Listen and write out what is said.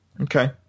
Okay